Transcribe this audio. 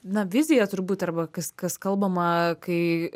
na vizija turbūt arba kas kas kalbama kai